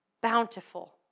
bountiful